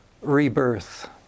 rebirth